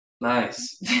nice